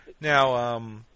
Now